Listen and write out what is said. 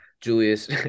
Julius